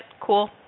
Cool